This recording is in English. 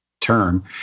term